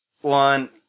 one